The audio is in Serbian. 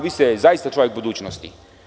Vi ste zaista čovek budućnosti.